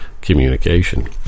Communication